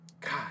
God